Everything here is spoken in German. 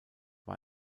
war